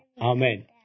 Amen